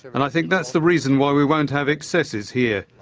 and i think that's the reason why we won't have excesses here.